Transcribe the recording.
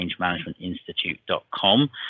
changemanagementinstitute.com